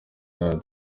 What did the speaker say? none